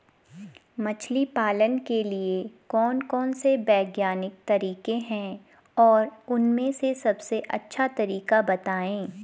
मछली पालन के लिए कौन कौन से वैज्ञानिक तरीके हैं और उन में से सबसे अच्छा तरीका बतायें?